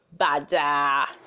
Bada